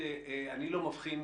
אני לא מבחין,